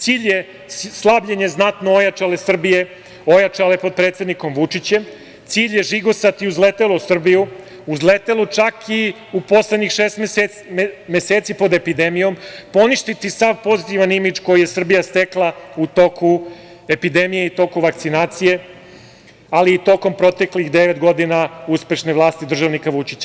Cilj je slabljenje znatno ojačale Srbije, ojačale pod predsednikom Vučićem, cilj je žigosati uzletelu Srbiju, uzletelu čak i u poslednjih šest meseci pod epidemijom, poništiti sav pozitivni imidž koji je Srbija stekla u toku epidemije i toku vakcinacije, ali i tokom proteklih devet godina uspešne vlasti državnika Vučića.